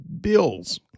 bills